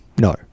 No